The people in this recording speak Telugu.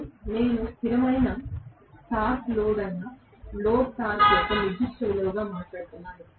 TL నేను స్థిరమైన టార్క్ లోడ్ అయిన లోడ్ టార్క్ యొక్క నిర్దిష్ట విలువగా మాట్లాడుతున్నాను